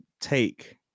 take